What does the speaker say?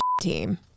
team